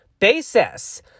Basis